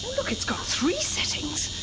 look, it's got three settings!